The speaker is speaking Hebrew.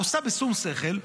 עושה בשום שכל,